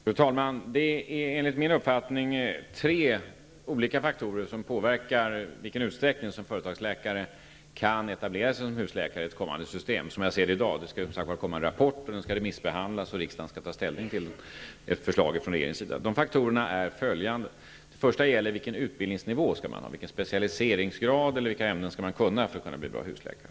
Fru talman! Det finns enligt min mening, och som jag ser saken i dag, tre olika faktorer som påverkar i vilken utsträckning som företagsläkare i ett kommande system kan etablera sig som husläkare. Det skall komma en rapport som skall remissbehandlas, och riksdagen skall sedan ta ställning till ett förslag från regeringens sida. För det första gäller det vilken utbildningsnivå eller specialiseringsgrad som skall krävas för att någon skall få bli husläkare.